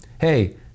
hey